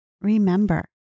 Remember